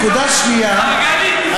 נקודה שנייה,